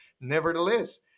Nevertheless